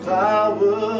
power